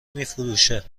میفروشه